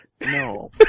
No